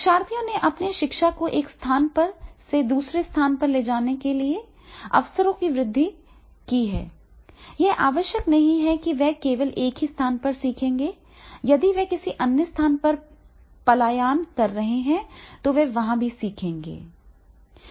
शिक्षार्थियों ने अपनी शिक्षा को एक स्थान से दूसरे स्थान पर ले जाने के अवसरों में वृद्धि की है यह आवश्यक नहीं है कि वे केवल एक ही स्थान से सीखेंगे यदि वे किसी अन्य स्थान पर पलायन कर रहे हैं तो वे वहां भी सीखेंगे